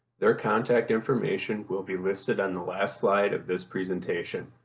their contact information will be listed on the last slide of this presentation,